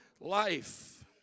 life